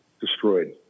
destroyed